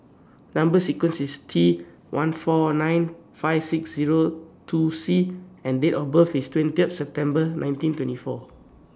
Number sequence IS T one four nine five six Zero two C and Date of birth IS twentieth September nineteen twenty four